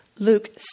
Luke